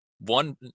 one